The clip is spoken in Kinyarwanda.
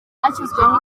hashyizweho